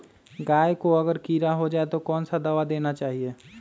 गाय को अगर कीड़ा हो जाय तो कौन सा दवा देना चाहिए?